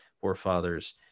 forefathers